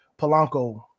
Polanco